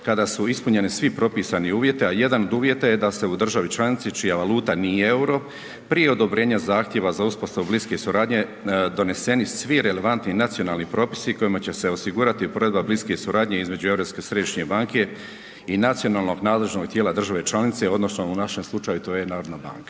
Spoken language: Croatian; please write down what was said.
kada su ispunjeni svi propisani uvjeti, a jedan od uvjeta je da se u državi članici čija valuta nije EUR-o prije odobrenja zahtjeva za uspostavu bliske suradnje doneseni svi relevantni nacionalni propisi kojima će se osigurati provedba bliske suradnje između Europske središnje banke i nacionalnog nadležnog tijela državne članice odnosno u našem slučaju to je HNB. Od dana